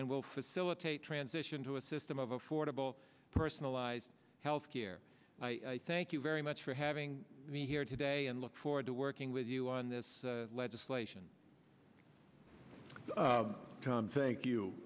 and will facilitate transition to a system of affordable personalized health care i thank you very much for having me here today and look forward to working with you on this legislation tom thank you